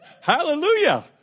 Hallelujah